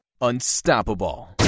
unstoppable